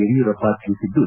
ಯಡಿಯೂರಪ್ಪ ತಿಳಿಸಿದ್ದು